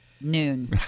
noon